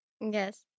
Yes